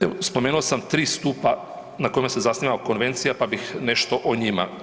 Evo, spomenuo sam 3 stupa na kojima se zasniva konvencija pa bih nešto o njima.